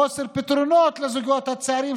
חוסר פתרונות לזוגות הצעירים,